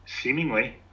seemingly